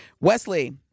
Wesley